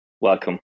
welcome